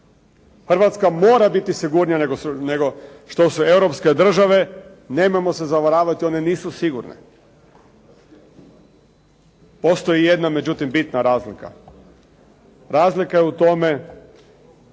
Hrvatska mora biti sigurnije nego što su Europske države, nemojmo se zavaravati one nisu sigurne. Postoji jedna međutim bitna razlika, razlika je u tome